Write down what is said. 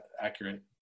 accurate